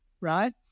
right